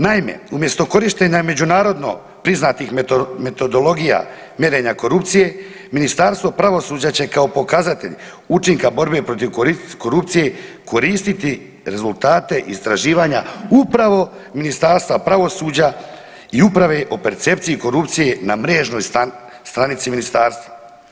Naime, umjesto korištenja međunarodno priznatih metodologija mjerenja korupcije, Ministarstvo pravosuđa će kao pokazatelj učinka borbe protiv korupcije koristiti rezultate istraživanja upravo Ministarstva pravosuđa i uprave o percepciji korupcije na mrežnoj stranici Ministarstva.